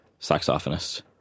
saxophonist